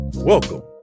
Welcome